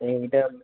எங்ககிட்ட